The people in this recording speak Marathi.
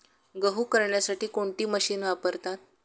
गहू करण्यासाठी कोणती मशीन वापरतात?